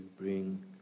bring